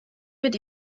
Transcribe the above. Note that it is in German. mit